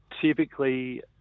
typically